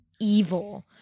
evil